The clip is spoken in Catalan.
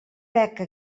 beca